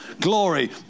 glory